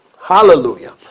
hallelujah